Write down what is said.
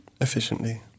Efficiently